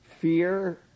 fear